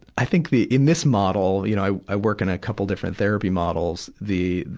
i think the, in this model, you know, i, i work in a couple different therapy models. the,